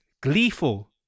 gleeful